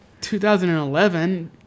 2011